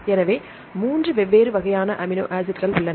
எனவே மூன்று வெவ்வேறு வகையான அமினோ ஆசிட்கள் உள்ளன